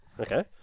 Okay